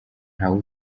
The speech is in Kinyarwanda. ntawe